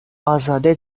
ازاده